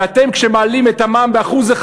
ואתם, כשאתם מעלים את המע"מ ב-1%,